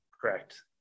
Correct